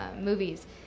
movies